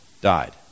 died